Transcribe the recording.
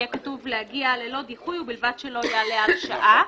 יהיה כתוב: להגיע ללא דיחוי ובלבד שלא יעלה על שעה,